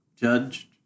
Judged